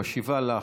היא משיבה לך,